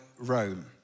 Rome